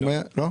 לא?